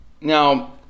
Now